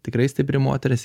tikrai stipri moteris